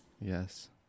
Yes